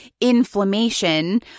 inflammation